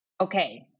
Okay